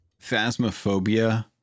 phasmophobia